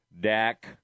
Dak